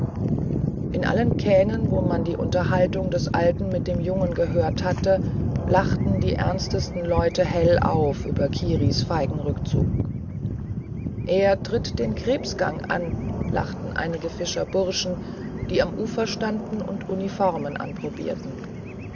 in allen kähnen wo man die unterhaltung des alten mit dem jungen gehört hatte lachten die ernstesten leute hell auf über kiris feigen rückzug er tritt den krebsgang an lachten einige fischerburschen die am ufer standen und uniformen anprobierten